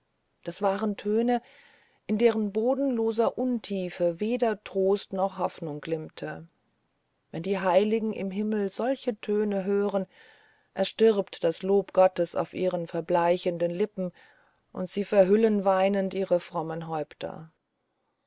das waren töne in deren bodenloser untiefe weder trost noch hoffnung glimmte wenn die heiligen im himmel solche töne hören erstirbt das lob gottes auf ihren verbleichenden lippen und sie verhüllen weinend ihre frommen häupter